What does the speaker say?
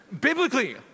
biblically